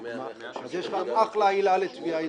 אז יש לך אחלה עילה לתביעה ייצוגית.